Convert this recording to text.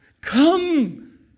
come